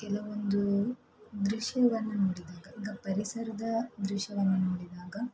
ಕೆಲವೊಂದು ದೃಶ್ಯವನ್ನು ನೋಡಿದಾಗ ಈಗ ಪರಿಸರದ ದೃಶ್ಯವನ್ನು ನೋಡಿದಾಗ